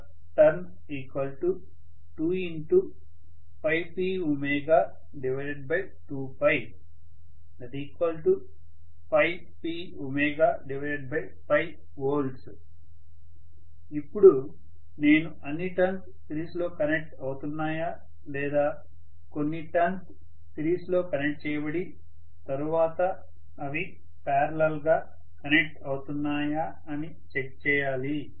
emfturn 2P2P volts ఇప్పుడు నేను అన్ని టర్న్స్ సిరీస్లో కనెక్ట్ అవుతున్నాయా లేదా కొన్ని టర్న్స్ సిరీస్లో కనెక్ట్ చేయబడి తరువాత అవి పారలల్ గా కనెక్ట్ అవుతున్నాయా అని చెక్ చేయాలి